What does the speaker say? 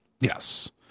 Yes